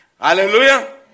Hallelujah